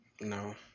No